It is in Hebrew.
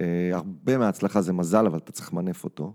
הרבה מההצלחה זה מזל, אבל אתה צריך למנף אותו.